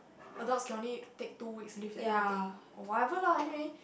adults can only take two weeks leave that kind of thing or whatever lah anyway